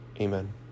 Amen